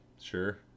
Sure